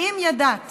האם ידעת